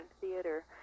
theater